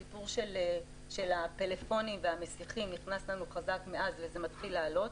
הסיפור של הפלאפונים והמסיחים נכנס לנו חזק מאז וזה מתחיל לעלות.